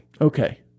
Okay